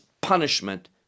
punishment